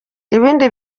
ibindi